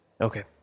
Okay